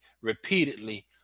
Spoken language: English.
repeatedly